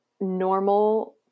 normal